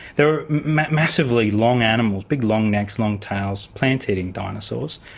they were massively long animals, big long necks, long tails, plant eating dinosaurs,